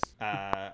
Yes